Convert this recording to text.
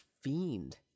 fiend